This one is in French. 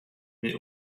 mais